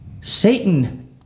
Satan